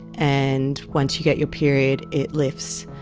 and once you get your period it lifts.